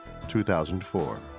2004